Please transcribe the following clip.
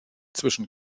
zwischen